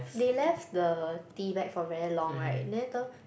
they left the tea bag for very long right then later